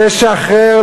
ולשחרר,